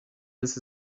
this